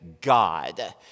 God